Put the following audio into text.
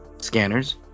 Scanners